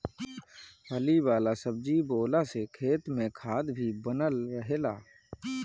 फली वाला सब्जी बोअला से खेत में खाद भी बनल रहेला